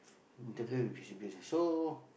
interfere with his business so